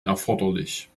erforderlich